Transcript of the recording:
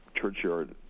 churchyard